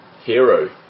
Hero